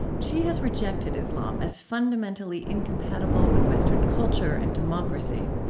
she has rejected islam as fundamentally incompatible with western culture and democracy.